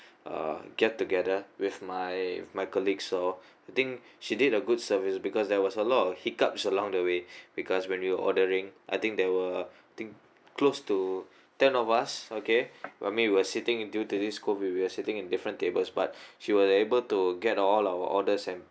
uh get together with my my colleague so I think she did a good service because there was a lot of hiccups along the way because when we were ordering I think there were I think close to ten of us okay what I mean we were sitting in due to this COVID we're sitting in different tables but she was able to get all our orders and